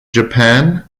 japan